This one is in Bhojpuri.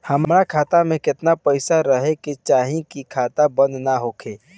हमार खाता मे केतना पैसा रहे के चाहीं की खाता बंद ना होखे?